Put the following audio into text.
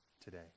today